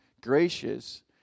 gracious